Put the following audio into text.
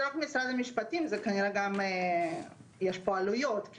זה לא רק משרד המשפטים, יש פה עלויות.